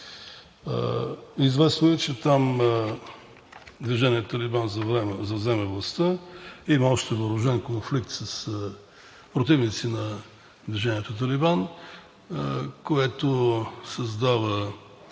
Известно е, че там движение „Талибан“ завзема властта. Има още въоръжен конфликт с противници на движението „Талибан“, което създава